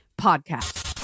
Podcast